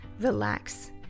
Relax